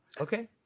Okay